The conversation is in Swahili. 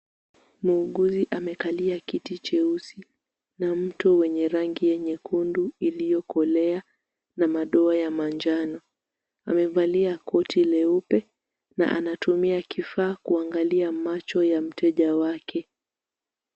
Muuguzi amekalia kiti cheusi na mto wenye rangi ya nyekundu iliyokolea na madoa ya manjano. Amevalia koti leupe na anatumia kifaa kuangalia macho ya mteja wake.